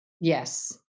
Yes